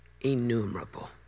innumerable